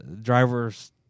drivers